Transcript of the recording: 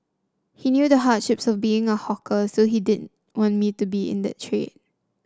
he knew the hardships of being a hawker so he didn't want me to be in the trade